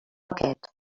aquest